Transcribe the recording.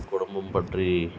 குடும்பம் பற்றி